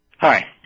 Hi